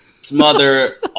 smother